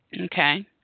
okay